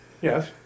Yes